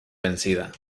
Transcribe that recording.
vencida